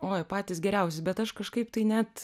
oi patys geriausi bet aš kažkaip tai net